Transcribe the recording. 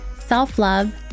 self-love